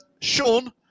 Sean